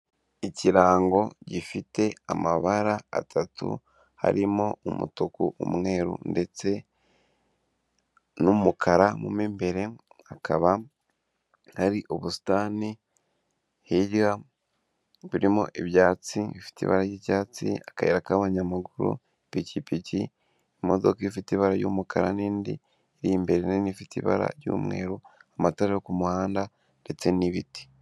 Ikirango gifite amabara atatu harimo umutuku, umweru, ndetse n'umukara mu imbere akaba ari ubusitani, hirya burimo ibyatsi ifite ibara ry'icyatsi akayira k'abanyamaguru, ipikipiki, imodoka ifite ibara ry'umukara n'indi iri imbere rinini ifite ibara ry'umweru amatara ku muhanda ndetse n'ibiti.